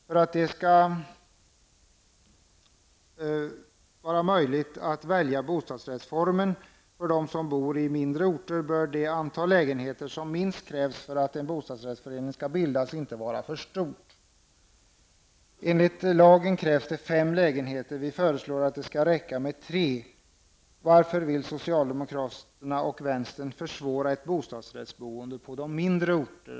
För att det skall vara möjligt att välja bostadsrättsformen för dem som bor i mindre orter bör det antal lägenheter som minst krävs för att en bostadsrättsförening skall få bildas inte vara för stort. Enligt lagen krävs det fem lägenheter. Vi föreslår att det skall räcka med tre. Varför vill socialdemokraterna och vänstern försvåra ett bostadsrättsboende på mindre orter?